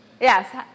Yes